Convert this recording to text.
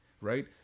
right